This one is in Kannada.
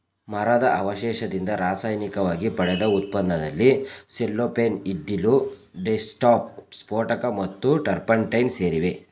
ಮರದ ಅವಶೇಷದಿಂದ ರಾಸಾಯನಿಕವಾಗಿ ಪಡೆದ ಉತ್ಪನ್ನದಲ್ಲಿ ಸೆಲ್ಲೋಫೇನ್ ಇದ್ದಿಲು ಡೈಸ್ಟಫ್ ಸ್ಫೋಟಕ ಮತ್ತು ಟರ್ಪಂಟೈನ್ ಸೇರಿವೆ